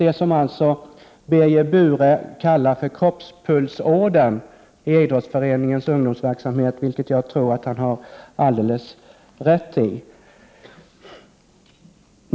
Det är alltså det som Birger Buhre kallar kroppspulsådern i idrottsföreningens ungdomsverksamhet, vilket jag tror att han har rätt i.